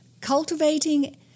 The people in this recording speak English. Cultivating